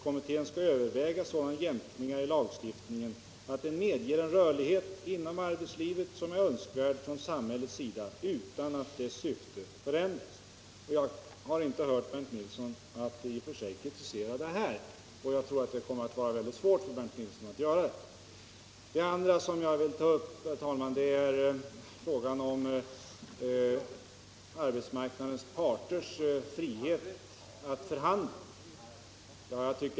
Kommittén skall överväga sådana jämkningar i lagstiftningen att de medger en rörlighet inom arbetslivet som är önskvärd från samhällets sida, utan att dess syfte förändras. Jag har inte hört att Bernt Nilsson i och för sig kritiserat detta, och jag tror att det kommer att vara väldigt svårt för Bernt Nilsson att göra det. Det andra som jag vill ta upp, herr talman, är frågan om friheten för arbetsmarknadens parter att förhandla.